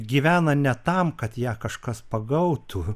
gyvena ne tam kad ją kažkas pagautų